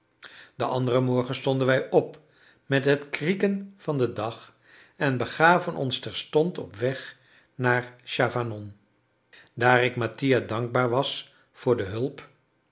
den anderen morgen stonden wij op met het krieken van den dag en begaven ons terstond op weg naar chavanon daar ik mattia dankbaar was voor de hulp